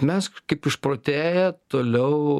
mesk kaip išprotėję toliau